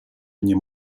nie